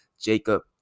Jacob